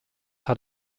had